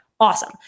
awesome